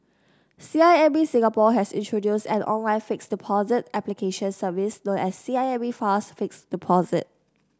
C I M B Singapore has introduced an online fixed deposit application service known as the C I M B Fast Fixed Deposit